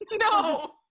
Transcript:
No